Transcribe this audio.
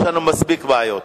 יש לנו מספיק בעיות.